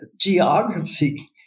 geography